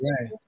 right